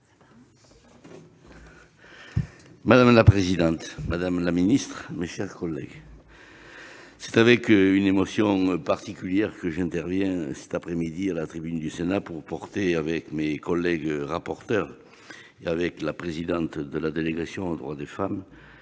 Madame la présidente, madame la secrétaire d'État, mes chers collègues, c'est avec une émotion particulière que j'interviens cet après-midi à la tribune du Sénat pour défendre, avec mes collègues rapporteures et avec la présidente de la délégation aux droits des femmes,